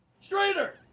straighter